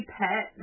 pet